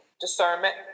discernment